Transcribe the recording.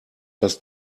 dass